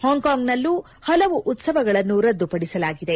ಹಾಂಕಾಂಗ್ನಲ್ಲೂ ಹಲವು ಉತ್ಸವಗಳನ್ನು ರದ್ದುಪಡಿಸಲಾಗಿದೆ